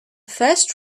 first